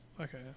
Okay